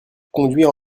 conduire